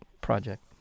project